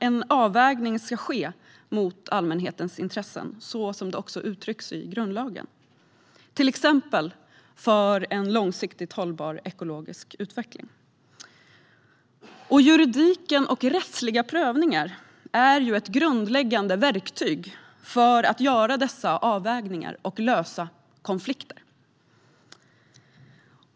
En avvägning ska ske mot allmänhetens intressen - så som det också uttrycks i grundlagen, till exempel för en långsiktigt hållbar ekologisk utveckling. Juridiken och rättsliga prövningar är ett grundläggande verktyg för att göra dessa avvägningar och lösa konflikter.